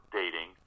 dating